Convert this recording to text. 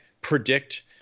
predict